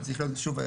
צריך להיות החלטות.